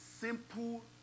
simple